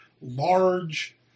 large